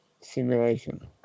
simulation